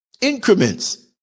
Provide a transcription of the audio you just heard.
increments